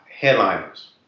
headliners